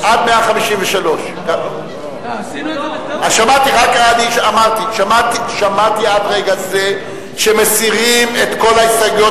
עד 153. שמעתי עד רגע זה שמסירים את כל ההסתייגויות